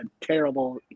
terrible